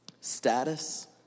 status